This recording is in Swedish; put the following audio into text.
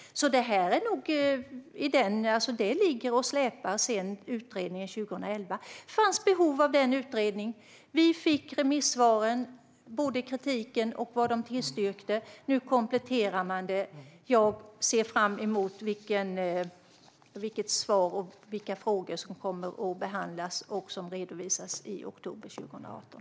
Detta ligger alltså och släpar sedan utredningen 2011. Det fanns behov av den utredningen. Vi fick remissvaren - det gällde både kritiken och det som tillstyrktes. Nu kompletterar man detta. Jag ser fram emot att se vilka svar och vilka frågor som behandlas och som redovisas i oktober 2018.